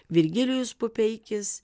virgilijus pupeikis